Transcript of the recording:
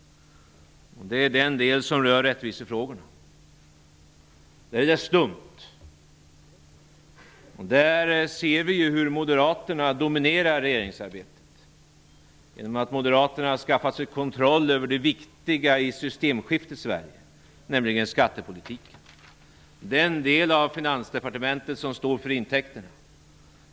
Det gäller den del som rör rättvisefrågorna. Där är det stumt. Vi ser där hur Moderaterna dominerar regeringsarbetet genom att de har skaffat sig kontroll över det viktiga i systemskiftets Sverige, nämligen skattepolitiken, den del av Finansdepartementet som står för intäkterna.